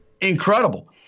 incredible